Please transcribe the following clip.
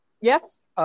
Yes